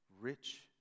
rich